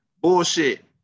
bullshit